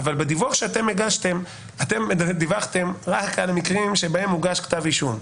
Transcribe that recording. אבל בדיווח שאתם הגשתם אתם דיווחתם רק על מקרים שבהם הוגש כתב אישום.